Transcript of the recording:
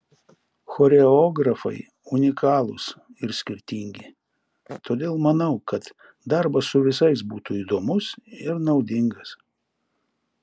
choreografai unikalūs ir skirtingi todėl manau kad darbas su visais būtų įdomus ir naudingas